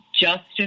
justice